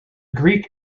greek